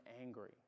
angry